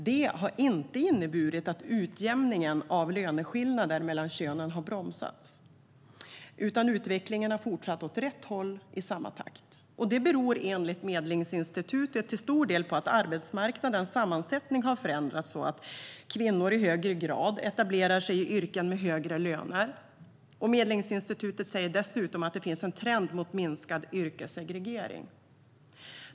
Det har inte inneburit att utjämningen av löneskillnader mellan könen har bromsats, utan utvecklingen har fortsatt åt rätt håll i samma takt. Det beror enligt Medlingsinstitutet till stor del på att arbetsmarknadens sammansättning har förändras så att kvinnor i högre grad etablerar sig i yrken med högre löner. Medlingsinstitutet säger dessutom att det finns en trend mot minskad yrkessegregering.